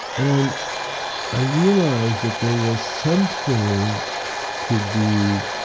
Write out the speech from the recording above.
and i realized that there was something to be